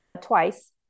twice